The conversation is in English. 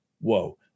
whoa